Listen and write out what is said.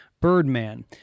Birdman